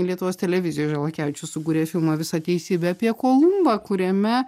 lietuvos televizijoj žalakevičius sukūrė filmą visa teisybė apie kolumbą kuriame